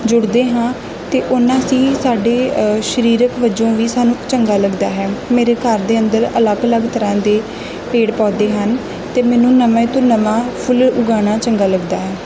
ਜੁੜਦੇ ਹਾਂ ਅਤੇ ਓਨਾ ਅਸੀਂ ਸਾਡੇ ਸਰੀਰਕ ਵਜੋਂ ਵੀ ਸਾਨੂੰ ਚੰਗਾ ਲੱਗਦਾ ਹੈ ਮੇਰੇ ਘਰ ਦੇ ਅੰਦਰ ਅਲੱਗ ਅਲੱਗ ਤਰ੍ਹਾਂ ਦੇ ਪੇੜ ਪੌਦੇ ਹਨ ਅਤੇ ਮੈਨੂੰ ਨਵੇਂ ਤੋਂ ਨਵਾਂ ਫੁੱਲ ਉਗਾਉਣਾ ਚੰਗਾ ਲੱਗਦਾ ਹੈ